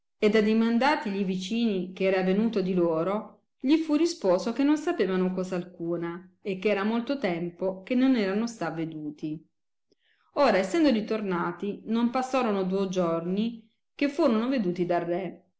ed addimandati gli vicini che era avenuto di loro gli fu risposo che non sapevano cosa alcuna e che era molto tempo che non erano sta veduti ora essendo ritornati non passorono duo giorni che furono veduti dal re